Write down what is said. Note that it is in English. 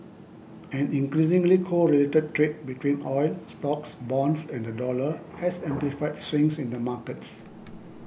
an increasingly correlated trade between oil stocks bonds and the dollar has amplified swings in the markets